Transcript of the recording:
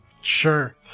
Sure